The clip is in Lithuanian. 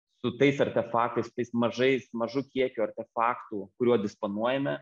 su tais artefaktais tais mažais mažu kiekiu artefaktų kuriuo disponuojame